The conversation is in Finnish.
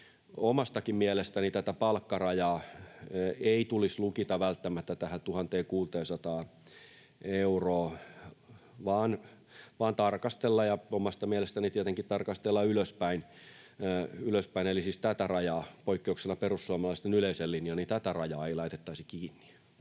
Omastakaan mielestäni tätä palkkarajaa ei tulisi lukita välttämättä tähän 1 600 euroon vaan tarkastella, ja omasta mielestäni tietenkin tarkastella ylöspäin. Siis tätä rajaa, poikkeuksena perussuomalaisten yleiseen linjaan, ei pitäisi laittaa kiinni.